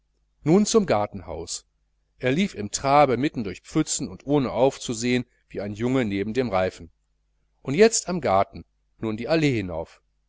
nun zum gartenhaus er lief im trabe mitten durch pfützen und ohne aufzusehen wie ein junge neben dem reifen jetzt am garten nun die allee hinauf